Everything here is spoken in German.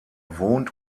wohnt